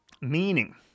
meaning